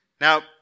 Now